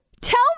Tell